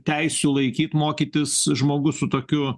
teisių laikyti mokytis žmogus su tokiu